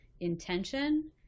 intention